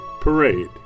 parade